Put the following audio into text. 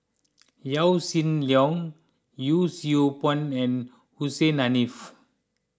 Yaw Shin Leong Yee Siew Pun and Hussein Haniff